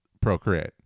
procreate